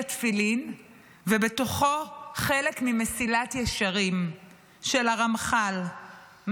התפילין ובתוכו חלק ממסילת ישרים של הרמח"ל,